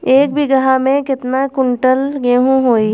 एक बीगहा में केतना कुंटल गेहूं होई?